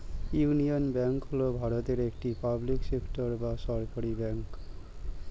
union Bank হল ভারতের একটি পাবলিক সেক্টর বা সরকারি ব্যাঙ্ক